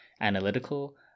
analytical